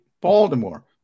Baltimore